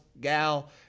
gal